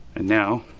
and now,